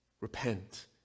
Repent